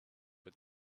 what